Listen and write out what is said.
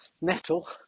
nettle